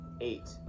Eight